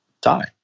die